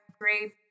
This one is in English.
great